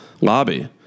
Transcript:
lobby